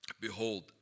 Behold